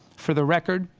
for the record,